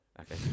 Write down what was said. Okay